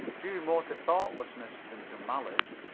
due more to thoughtlessness than to malice.